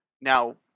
Now